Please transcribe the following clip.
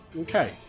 Okay